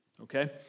okay